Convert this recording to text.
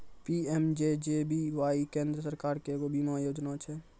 PMJJBY केन्द्र सरकारो के एगो बीमा योजना छै